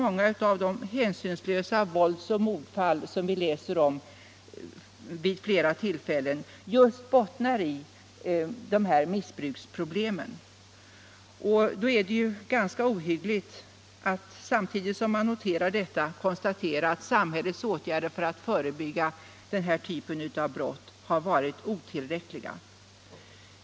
Många av de hänsynslösa vålds och mordfall som vi läser om bottnar i just missbruksproblem. Då är det ganska ohyggligt att behöva konstatera att samhällets åtgärder för att förebygga denna typ av brott har varit otillräckliga.